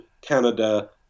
Canada